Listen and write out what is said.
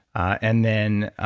and then,